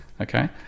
Okay